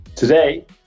Today